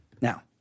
Now